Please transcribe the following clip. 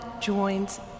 joins